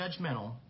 judgmental